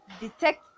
detect